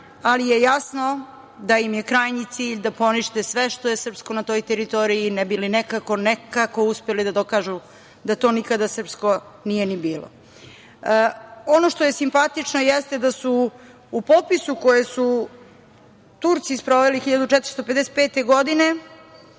ali je jasno da im je krajnji cilj da ponište sve što je srpsko na toj teritoriji, ne bi li nekako uspeli da dokažu da to nikada srpsko nije ni bilo. Ono što je simpatično jeste da su u popisu koji su Turci sproveli 1455. godine